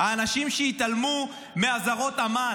האנשים שהתעלמו מאזהרות אמ"ן,